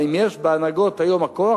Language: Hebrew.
האם יש בהנהגות היום הכוח,